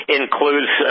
includes